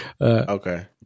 okay